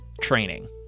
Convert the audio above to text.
training